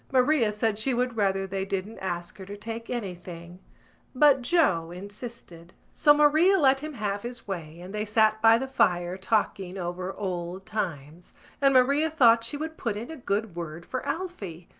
maria said she would rather they didn't ask her to take anything but joe insisted. so maria let him have his way and they sat by the fire talking over old times and maria thought she would put in a good word for alphy.